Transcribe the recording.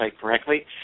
correctly